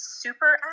super